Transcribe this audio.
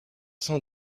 cent